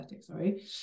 sorry